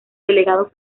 delegados